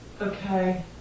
Okay